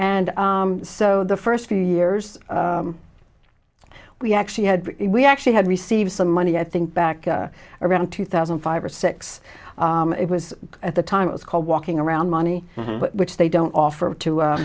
and so the first few years we actually had we actually had received some money i think back around two thousand and five or six it was at the time it was called walking around money which they don't offer to